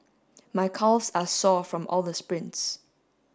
my calves are sore from all the sprints